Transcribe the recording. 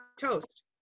toast